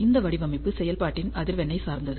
இந்த வடிவமைப்பு செயல்பாட்டின் அதிர்வெண் ஐ சார்ந்தது